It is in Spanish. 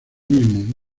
mismo